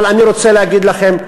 אבל אני רוצה להגיד לכם,